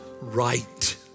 right